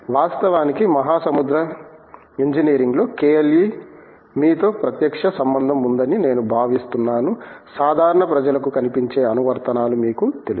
వాస్తవానికి మహాసముద్ర ఇంజనీరింగ్లో KLE మీతో ప్రత్యక్ష సంబంధం ఉందని నేను భావిస్తున్నాను సాధారణ ప్రజలకు కనిపించే అనువర్తనాలు మీకు తెలుసు